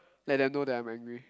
I didn't know that I'm angry